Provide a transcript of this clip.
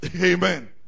Amen